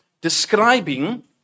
describing